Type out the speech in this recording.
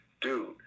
dude